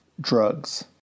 drugs